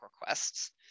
requests